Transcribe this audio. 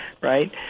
right